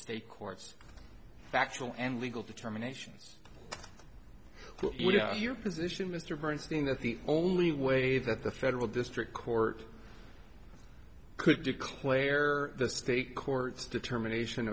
state courts factual and legal determinations to your position mr bernstein that the only way that the federal district court could declare the state courts determination